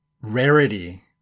Rarity